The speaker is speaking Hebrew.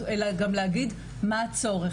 אלא גם להגיד מה הצורך,